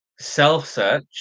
self-search